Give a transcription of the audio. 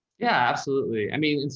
yeah, absolutely. i mean,